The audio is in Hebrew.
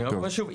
אני אגיד שוב,